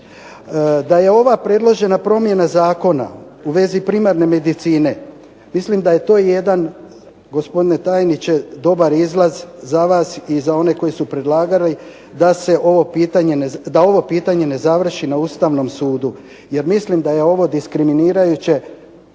kraju ova predložena promjena zakona u vezi primarne medicine, mislim da je to jedan gospodine tajniče dobar izlaz za vas i za one koji su predlagali da ovo pitanje ne završi na Ustavnom sudu. Jer mislim da je ovo diskriminirajuće